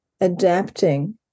adapting